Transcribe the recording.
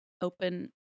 open